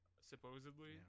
supposedly